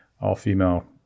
all-female